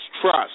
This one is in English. trust